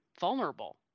vulnerable